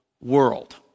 world